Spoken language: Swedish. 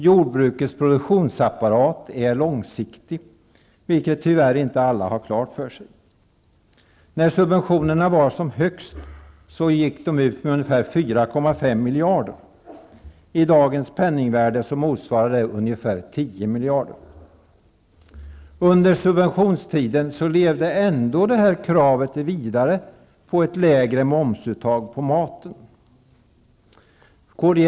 Jordbrukets produktionsapparat är långsiktig, vilket tyvärr alla inte har klart för sig. 4,5 miljarder kronor. I dagens penningvärde motsvarar det ca 10 miljarder. Under subventionstiden levde ändå kravet på ett lägre momsuttag på maten vidare.